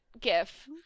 GIF